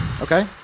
Okay